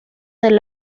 del